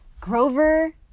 Grover